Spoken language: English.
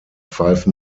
five